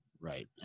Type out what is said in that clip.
Right